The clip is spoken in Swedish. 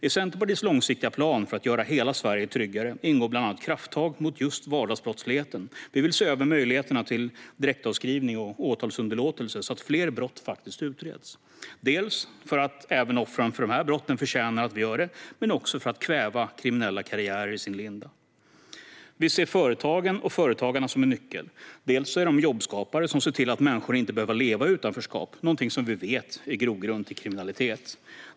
I Centerpartiets långsiktiga plan för att göra hela Sverige tryggare ingår bland annat krafttag mot just vardagsbrottsligheten. Vi vill se över möjligheterna till direktavskrivning och åtalsunderlåtelse så att fler brott faktiskt utreds, dels för att även offren för dessa brott förtjänar att vi gör det, dels för att kväva kriminella karriärer i deras linda. Vi ser företagen och företagarna som en nyckel. Dels är de jobbskapare som ser till att människor inte behöver leva i utanförskap, något som vi vet är grogrund för kriminalitet.